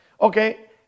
okay